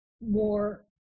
more